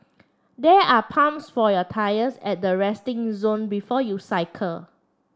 there are pumps for your tyres at the resting zone before you cycle